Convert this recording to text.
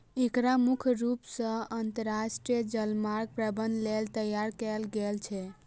एकरा मुख्य रूप सं अंतरराष्ट्रीय जलमार्ग प्रबंधन लेल तैयार कैल गेल छै